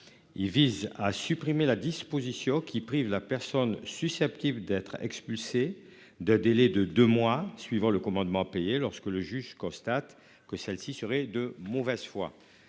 Il vise à supprimer la disposition qui prive la personne susceptible d'être expulsé de délai de deux mois suivant le commandement à payer lorsque le juge constate que celle-ci serait de mauvaise foi.